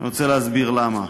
אני רוצה להסביר למה.